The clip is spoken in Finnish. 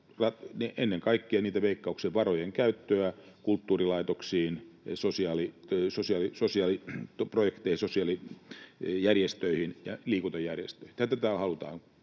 ennen kaikkea Veikkauksen varojen käyttöä kulttuurilaitoksiin, sosiaaliprojekteihin, sosiaalijärjestöihin ja liikuntajärjestöihin. Tätä tällä halutaan